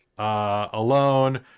Alone